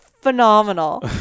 phenomenal